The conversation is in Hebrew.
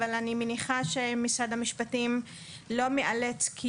אבל אני מניחה שמשרד המשפטים לא מאלץ כי